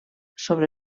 sobre